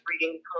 reading